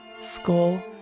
School